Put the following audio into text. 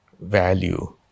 value